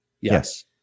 Yes